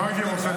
לא הייתי רוצה,